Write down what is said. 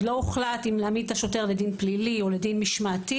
לא הוחלט אם להעמיד את השוטר לדין פלילי או לדין משמעתי.